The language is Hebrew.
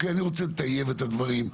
אני רוצה לטייב את הדברים,